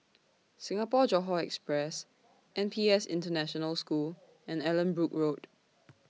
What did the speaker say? Singapore Johore Express N P S International School and Allanbrooke Road